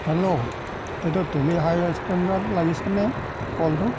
hello এইটো তেলী হাই ৰেষ্টুৰেণ্টত লাগিছেনে ক'লটো